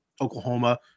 Oklahoma